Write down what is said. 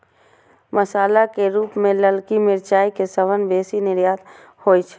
मसाला के रूप मे ललकी मिरचाइ के सबसं बेसी निर्यात होइ छै